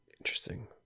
interesting